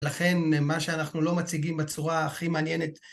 לכן מה שאנחנו לא מציגים בצורה הכי מעניינת